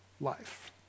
life